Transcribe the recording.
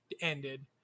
ended